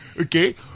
Okay